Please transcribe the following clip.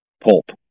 pulp